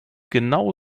genau